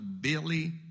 Billy